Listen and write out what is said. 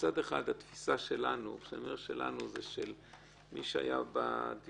מצד אחד התפיסה שלנו כשאני אומר "שלנו" זה של מי שהיה בדיונים.